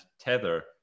Tether